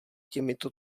těmito